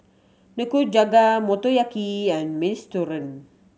Nikujaga Motoyaki and Minestrone